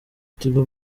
tigo